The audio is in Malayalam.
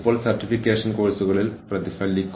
കൂടാതെ സർഗ്ഗാത്മകവും നൂതനവുമായ ആളുകളും നമ്മൾക്ക് ആവശ്യമാണ്